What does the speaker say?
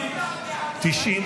הוועדה, נתקבלו.